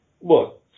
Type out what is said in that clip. Look